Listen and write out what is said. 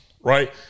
right